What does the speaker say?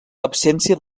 absència